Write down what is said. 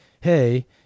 hey